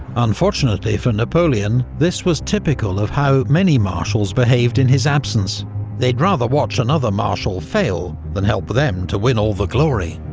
unfortunately for napoleon, this was typical of how many marshals behaved in his absence they'd rather watch another marshal fail, than help them to win all the glory.